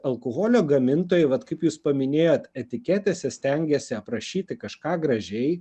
alkoholio gamintojai vat kaip jūs paminėjot etiketėse stengiasi aprašyti kažką gražiai